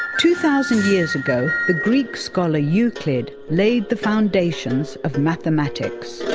two thousand years ago the greek scholar euclid laid the foundations of mathematics.